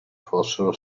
fossero